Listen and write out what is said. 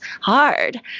hard